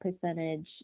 percentage